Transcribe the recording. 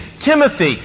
Timothy